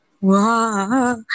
Wow